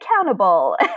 accountable